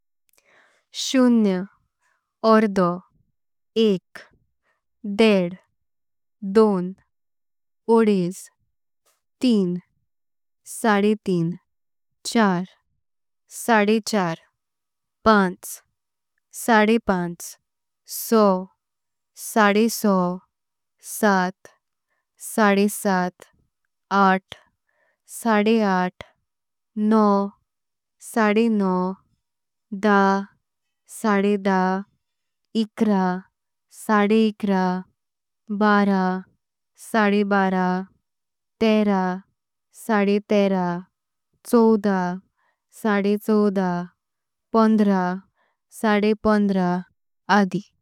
शून्य, अर्ध, एक, डेढ़, दोन, अडीच, तीन। साडे तीन, चार, साडे चार, पांच, साडे पांच, सहा। साडे सहा, सात, साडे सात, आठ, साडे आठ। नऊ, साडे नऊ, दहा, साडे दहा, अकरा। साडे अकरा, बारा, साडे बारा, तेरा, साडे तेरा। चौदहा, साडे चौदहा, पंधरा, साडे पंधरा, आदि।